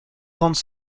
grandes